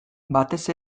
batez